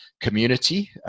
community